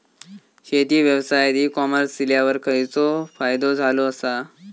शेती व्यवसायात e commerce इल्यावर खयचो फायदो झालो आसा?